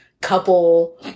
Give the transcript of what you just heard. couple